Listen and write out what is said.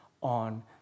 on